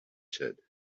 said